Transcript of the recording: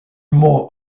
mot